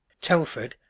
telford,